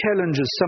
challenges